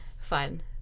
fun